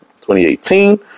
2018